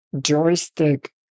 joystick